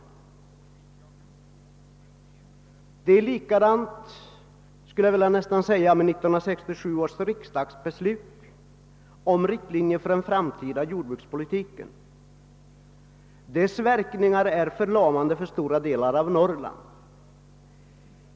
Jag skulle vilja säga att det är nästan likadant med 1967 års riksdagsbeslut om riktlinjer för den framtida jordbrukspolitiken, vars verkningar är förlamande för stora delar av Norrland.